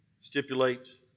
stipulates